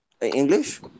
English